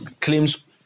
claims